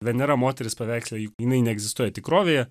venera moteris paveiksle jinai neegzistuoja tikrovėje